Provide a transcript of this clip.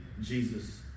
Jesus